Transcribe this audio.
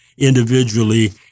Individually